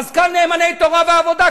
מזכ"ל "נאמני תורה ועבודה",